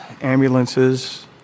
ambulances